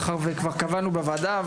מאחר וכבר קבענו בוועדה,